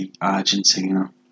Argentina